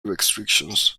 restrictions